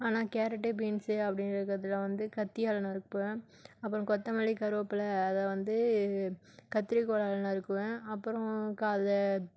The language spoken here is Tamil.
ஆனால் கேரட்டு பீன்ஸு அப்படினு இருக்கிறதெல்லாம் வந்து கத்தியால் நறுக்குவேன் அப்பறம் கொத்தமல்லி கருவேப்புல அதை வந்து கத்திரிக்கோலால் நறுக்குவேன் அப்பறம் அதை